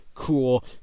cool